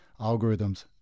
algorithms